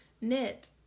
knit